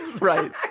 right